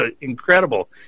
incredible